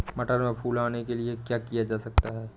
मटर में फूल आने के लिए क्या किया जा सकता है?